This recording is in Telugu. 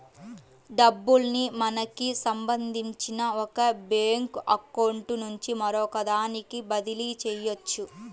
డబ్బుల్ని మనకి సంబంధించిన ఒక బ్యేంకు అకౌంట్ నుంచి మరొకదానికి బదిలీ చెయ్యొచ్చు